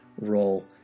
role